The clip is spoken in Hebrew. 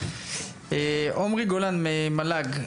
עומרי גולן ממל"ג,